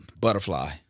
Butterfly